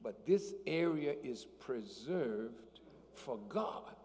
but this area is preserved for god